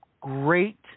Great